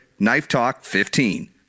KNIFETALK15